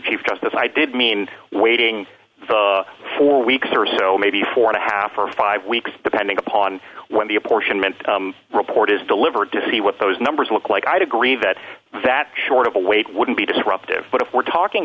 chief justice i did mean waiting four weeks or so maybe four and a half or five weeks depending upon when the apportionment report is delivered to see what those numbers look like i'd agree that that short of a wait wouldn't be disruptive but if we're talking